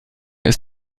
ist